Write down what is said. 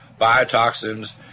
biotoxins